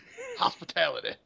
Hospitality